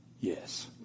Yes